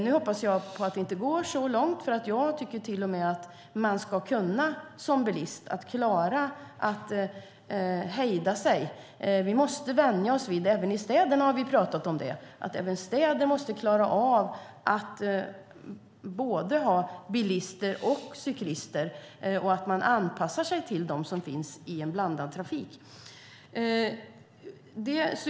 Nu hoppas jag på att det inte går så långt, för jag tycker till och med att man som bilist ska kunna klara att hejda sig. Vi måste vänja oss vid det. Även i städerna har vi pratat om det. Även i städer måste man klara av att ha både bilister och cyklister. Det handlar om att man anpassar sig till dem som finns i en blandad trafik.